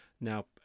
Now